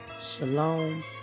Shalom